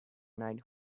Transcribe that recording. night